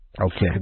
Okay